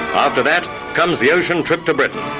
after that comes the ocean trip to britain,